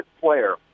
player